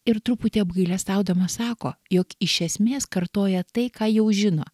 ir truputį apgailestaudamas sako jog iš esmės kartoja tai ką jau žino